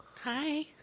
Hi